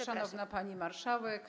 Szanowna Pani Marszałek!